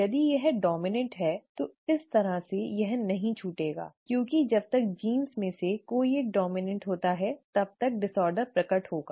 यदि यह डॉम्इनॅन्ट है तो इस तरह से यह नहीं छूटेगा क्योंकि जब तक जीन में से कोई एक डॉम्इनॅन्ट होता है तब तक विकार प्रकट होगा